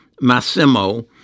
Massimo